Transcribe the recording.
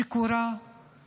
שקוראת